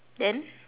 then